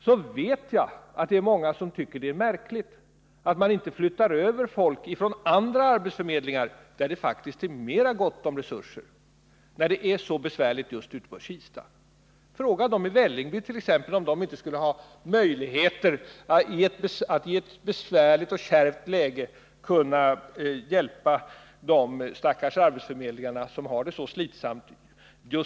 Jag vet att många tycker att det är märkligt att man inte flyttar över folk från andra arbetsförmedlingar där det faktiskt är mer gott om resurser, när det är så besvärligt just ute i Kista. Fråga demi Vällingby t.ex. om de inte skulle ha möjligheter att, i ett besvärligt och kärvt läge, hjälpa de stackars arbetsförmedlarna just i Kista, som har det så slitsamt.